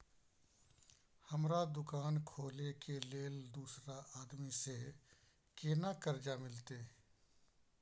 हमरा दुकान खोले के लेल दूसरा आदमी से केना कर्जा मिलते?